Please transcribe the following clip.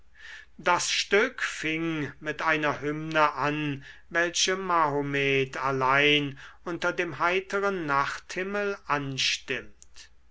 das stück fing mit einer hymne an welche mahomet allein unter dem heiteren nachthimmel anstimmt